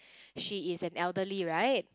she is an elderly right